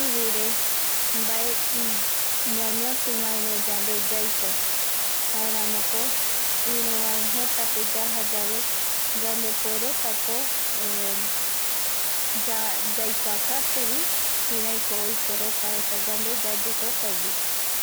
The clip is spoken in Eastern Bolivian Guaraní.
ivire mbae ñañoti vaere yande yaiko jaeramoko iru vae jetape yaja yave yandepueretako yai kuakatuvi kiraiko oiko reta esa yande yayu jokuaegui